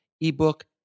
ebook